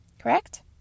Correct